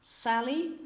Sally